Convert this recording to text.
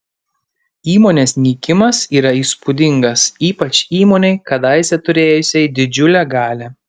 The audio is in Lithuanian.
įmonės nykimas yra įspūdingas ypač įmonei kadaise turėjusiai didžiulę galią